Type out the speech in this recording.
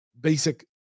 basic